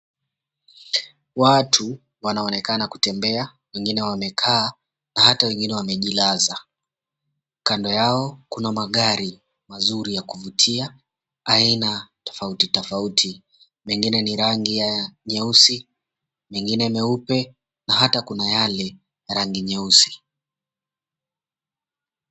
Watu wanaonekana kutembea wengine wanaonekana wamekaa na hata wengine wamejilaza kando yao kuna magari mazuri ya kuvutia aina tofauti tofauti mengine ni rangi ya nyeusi mengine meupe na hata kuna yake ya rangi nyeusi.